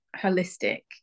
holistic